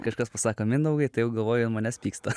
kažkas pasako mindaugai tai jau galvoji jau ant manęs pyksta